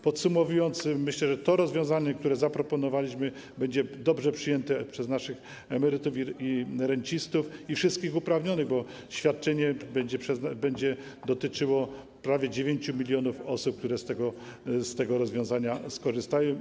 Podsumowując, myślę, że rozwiązanie, które zaproponowaliśmy, będzie dobrze przyjęte przez naszych emerytów, rencistów i wszystkich uprawnionych, bo świadczenie będzie dotyczyło prawie 9 mln osób, które z tego rozwiązania skorzystają.